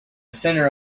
center